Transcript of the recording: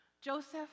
Joseph